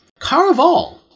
Caraval